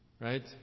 right